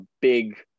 big